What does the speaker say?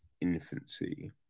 infancy